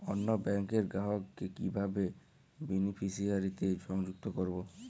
অন্য ব্যাংক র গ্রাহক কে কিভাবে বেনিফিসিয়ারি তে সংযুক্ত করবো?